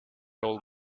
old